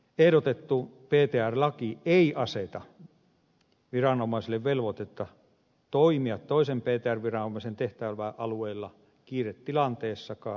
ehdotettu ptr laki ei aseta viranomaiselle velvoitetta toimia toisen ptr viranomaisen tehtäväalueella kiiretilanteessakaan